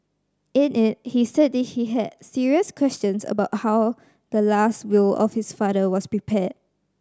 in it he said that he had serious questions about how the last will of his father was prepared